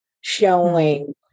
showing